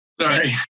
Sorry